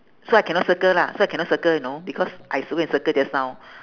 so I cannot circle lah so I cannot circle you know because I cir~ go and circle just now